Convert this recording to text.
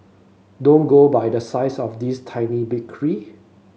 don't go by the size of this tiny bakery